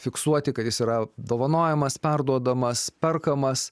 fiksuoti kad jis yra dovanojamas perduodamas perkamas